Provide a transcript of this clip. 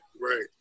right